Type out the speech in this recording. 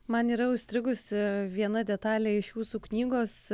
man yra užstrigusi viena detalė iš jūsų knygos